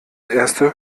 erste